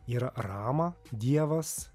yra rama dievas